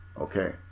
Okay